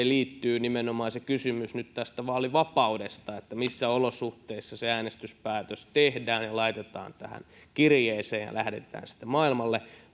liittyy nimenomaan se kysymys nyt tästä vaalivapaudesta siitä missä olosuhteissa se äänestyspäätös tehdään ja ääni laitetaan tähän kirjeeseen ja lähetetään sitten maailmalle